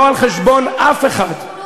לא על חשבון אף אחד.